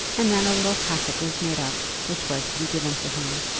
and then a little packet was made up, which was to be given to him.